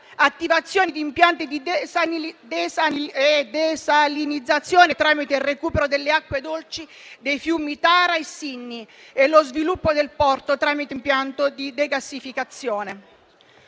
attivazioni di impianti di desalinizzazione tramite il recupero delle acque dolci dei fiumi Tara e Sinni; lo sviluppo del porto tramite impianto di degassificazione.